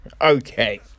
Okay